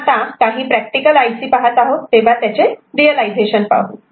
आपण आता काही प्रॅक्टिकल आइ सी पाहत आहोत तेव्हा त्याचे रियलायझेशन पाहू